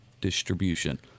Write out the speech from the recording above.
distribution